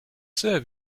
sir